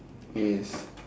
yes